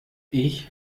ich